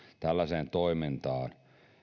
tällaiseen toimintaan